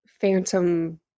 Phantom